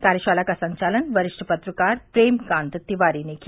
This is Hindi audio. कार्यशाला का संचालन वरिष्ठ पत्रकार प्रेमकांत तिवारी ने किया